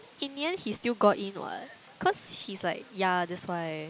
in the end he still got in what cause he's like yeah that's why